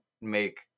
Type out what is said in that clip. make